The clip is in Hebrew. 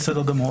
בסדר גמור.